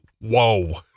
Whoa